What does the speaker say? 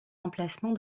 emplacement